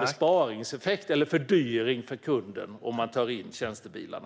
besparingseffekt, eller fördyring för kunderna, om man tar in tjänstebilarna.